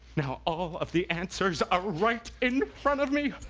now, all of the answers are right in front of me!